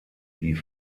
die